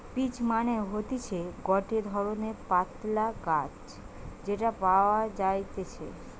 peach মানে হতিছে গটে ধরণের পাতলা গাছ থেকে পাওয়া যাইতেছে